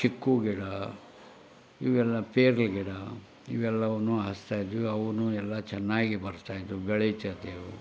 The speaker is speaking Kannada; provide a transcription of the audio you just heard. ಚಿಕ್ಕು ಗಿಡ ಇವೆಲ್ಲ ಪೇರಳೆ ಗಿಡ ಇವೆಲ್ಲವನ್ನೂ ಹಚ್ತಾಯಿದ್ವಿ ಅವನ್ನು ಎಲ್ಲ ಚೆನ್ನಾಗಿ ಬರ್ತಾಯಿದ್ದು ಬೆಳಿತಾಯಿದ್ದೆವು